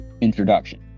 introduction